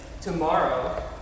Tomorrow